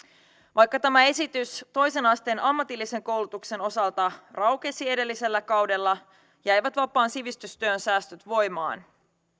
vaikka tämä esitys toisen asteen ammatillisen koulutuksen osalta raukesi edellisellä kaudella jäivät vapaan sivistystyön säästöt voimaan